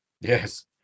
Yes